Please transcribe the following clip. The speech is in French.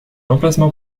emplacement